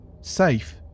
safe